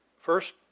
First